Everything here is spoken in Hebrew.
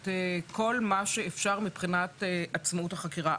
לתת לה את כל מה שאפשר מבחינת עצמאות החקירה.